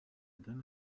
dans